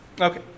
Okay